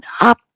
up